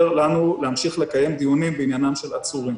לנו להמשיך לקיים דיונים בעניינם של עצורים.